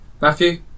Matthew